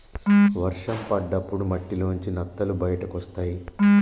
వర్షం పడ్డప్పుడు మట్టిలోంచి నత్తలు బయటకొస్తయ్